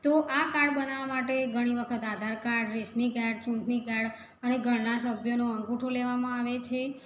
તો આ કાર્ડ બનાવવા માટે ઘણી વખત આધાર કાર્ડ રેશનિંગ કાર્ડ ચૂંટણી કાર્ડ અને ઘણા સભ્યોનો અંગુઠો લેવામાં આવે છે